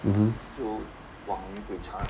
mmhmm